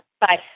Bye